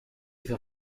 hizo